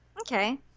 okay